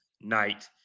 night